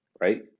right